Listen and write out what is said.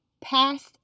past